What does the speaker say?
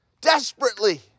desperately